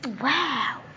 Wow